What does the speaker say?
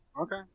Okay